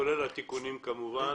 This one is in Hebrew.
כולל התיקונים כמובן.